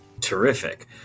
Terrific